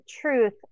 truth